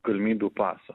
galimybių paso